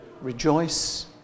rejoice